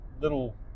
little